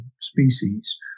species